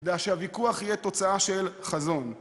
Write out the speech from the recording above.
ושהוויכוח יהיה תוצאה של חזון.